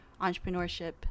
entrepreneurship